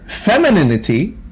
femininity